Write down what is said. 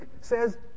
says